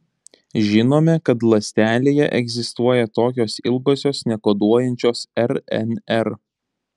žinome kad ląstelėje egzistuoja tokios ilgosios nekoduojančios rnr